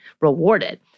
rewarded